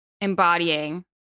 embodying